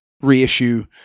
reissue